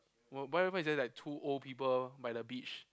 wha~ why why is there like two old people by the beach